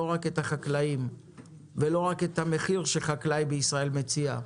רק את החקלאים ולא רק את המחיר שחקלאי בישראל מציע.